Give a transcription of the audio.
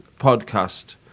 podcast